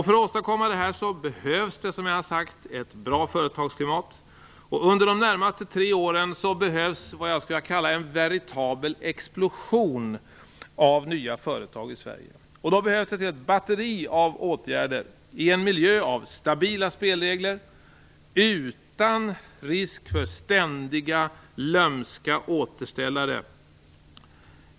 För att åstadkomma detta behövs det, som jag har sagt, ett bra företagsklimat. Under de närmaste tre åren behövs en veritabel explosion av nya företag i Sverige. För detta behövs ett helt batteri av åtgärder i en miljö av stabila spelregler utan risk för ständiga, lömska återställare.